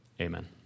Amen